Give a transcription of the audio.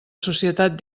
societat